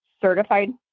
certified